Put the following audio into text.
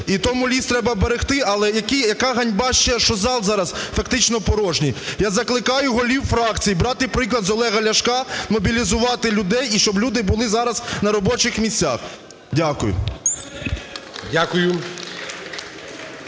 І тому ліс треба берегти. Але яка ганьба ще, що зал зараз фактично порожній. Я закликаю голів фракцій брати приклад з Олега Ляшка, мобілізувати людей і щоб люди були зараз на робочих місцях. Дякую.